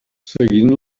seguint